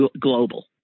global